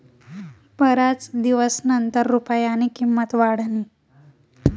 बराच दिवसनंतर रुपयानी किंमत वाढनी